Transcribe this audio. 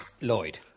Lloyd